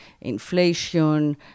inflation